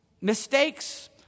mistakes